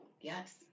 Yes